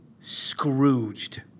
Scrooged